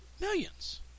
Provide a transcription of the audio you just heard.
Millions